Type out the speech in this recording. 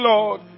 Lord